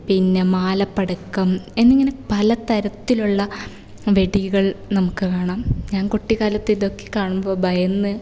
പിന്നെ മാലപ്പടക്കം എന്നിങ്ങനെ പല തരത്തിലുള്ള വെടികൾ നമുക്ക് കാണാം ഞാന് കുട്ടിക്കാലത്ത് ഇതൊക്കെ കാണുമ്പോൾ ഭയന്ന്